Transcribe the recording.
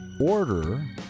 order